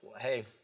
hey